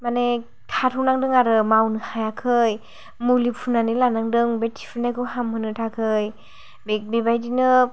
माने थाथ'नांदों आरो मावनो हायाखै मुलि फुननानै लानांदों बे थिफुनायखौ हामहोनो थाखाय बे बेबादिनो